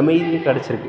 அமைதியும் கிடச்சிருக்கு